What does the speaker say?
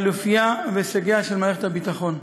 על אופייה והישגיה של מערכת הביטחון.